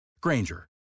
Granger